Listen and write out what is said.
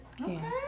Okay